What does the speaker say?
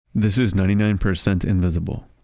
this is ninety nine percent invisible.